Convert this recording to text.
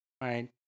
right